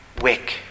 Wick